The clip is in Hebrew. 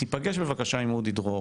תיפגש בבקשה עם אודי דרור